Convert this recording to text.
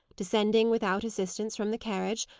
descending without assistance from the carriage,